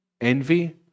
envy